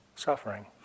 suffering